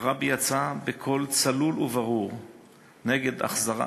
הרבי יצא בקול צלול וברור נגד החזרת